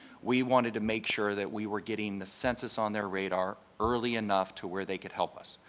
we wanted to make sure that we were getting the census on their radar early enough to where they could help us.